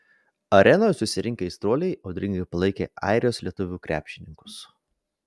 arenoje susirinkę aistruoliai audringai palaikė airijos lietuvių krepšininkus